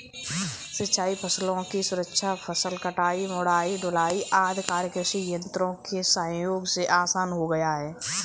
सिंचाई फसलों की सुरक्षा, फसल कटाई, मढ़ाई, ढुलाई आदि कार्य कृषि यन्त्रों के सहयोग से आसान हो गया है